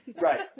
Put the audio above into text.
Right